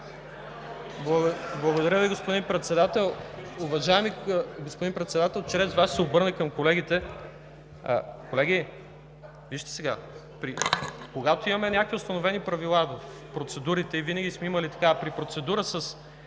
Благодаря Ви, господин Председател. Уважаеми господин Председател, чрез Вас ще се обърна и към колегите. Колеги, вижте, имаме някакви установени правила в процедурите и винаги сме имали такива. При процедура с